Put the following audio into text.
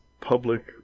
public